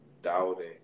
doubting